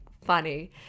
funny